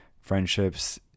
friendships